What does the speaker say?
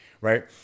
right